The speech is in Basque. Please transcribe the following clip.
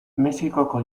mexikoko